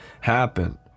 happen